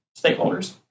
stakeholders